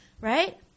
Right